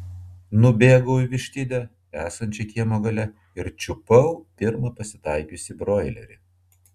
nubėgau į vištidę esančią kiemo gale ir čiupau pirmą pasitaikiusį broilerį